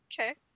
Okay